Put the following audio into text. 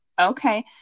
okay